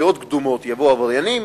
דעות קדומות: יבואו עבריינים,